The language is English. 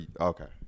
Okay